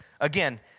Again